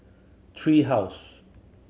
Tree House